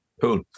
cool